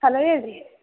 hello ಹೇಳಿರಿ